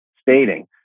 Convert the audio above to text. stating